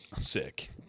Sick